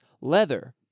Leather